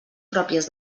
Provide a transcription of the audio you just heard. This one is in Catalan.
pròpies